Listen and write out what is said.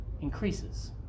increases